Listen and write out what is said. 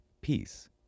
Peace